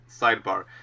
sidebar